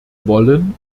wollen